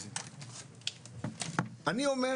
אני אומר,